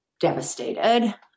devastated